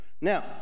now